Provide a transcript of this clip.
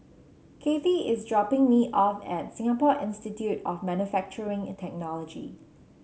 Kathy is dropping me off at Singapore Institute of Manufacturing and Technology